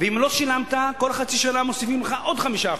ואם לא שילמת, כל חצי שנה מוסיפים לך עוד 5%,